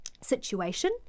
situation